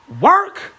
work